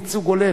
ייצוג הולם